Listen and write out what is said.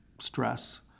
stress